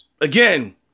again